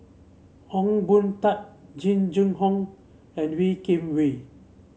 Ong Boon Tat Jing Jun Hong and Wee Kim Wee